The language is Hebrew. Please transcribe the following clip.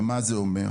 ומה זה אומר?